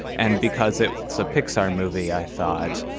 and because it so pixar movie, i thought,